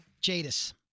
Jadis